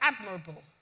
admirable